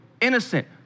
innocent